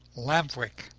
lamp-wick.